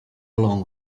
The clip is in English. along